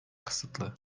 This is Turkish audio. kısıtlı